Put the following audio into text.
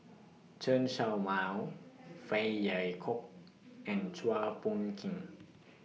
Chen Show Mao Phey Yew Kok and Chua Phung Kim